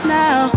now